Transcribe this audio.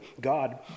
God